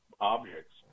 objects